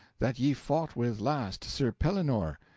that ye fought with last, sir pellinore,